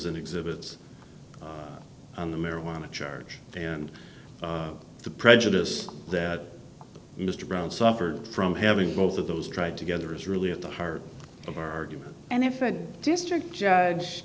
and exhibits on the marijuana charge and the prejudice that mr brown suffered from having both of those tried together is really at the heart of argument and if a district judge